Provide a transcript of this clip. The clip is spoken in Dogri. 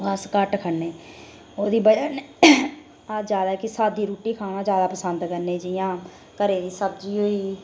अस घट्ट खन्ने ओह्दी बजह कन्नै अस साद्दी रुट्टी खाना जादै पसंद करने जि'यां घरै दी सब्जी होई